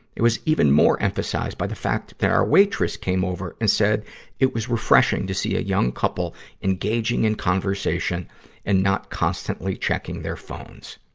it was even more emphasized by the fact that our waitress came over and said it was refreshing to see a young couple engaging in conversation and not constantly checking their phones.